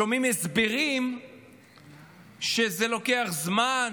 שומעים הסברים שזה לוקח זמן,